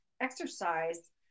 exercise